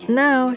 now